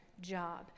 job